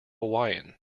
hawaiian